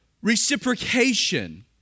reciprocation